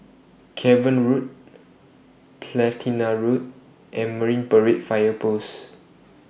Cavan Road Platina Road and Marine Parade Fire Post